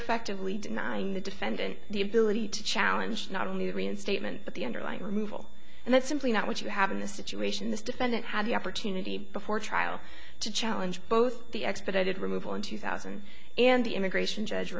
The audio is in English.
affectively denying the defendant the ability to challenge not only the reinstatement but the underlying removal and that's simply not what you have in this situation this defendant had the opportunity before trial to challenge both the expedited removal in two thousand and the immigration judge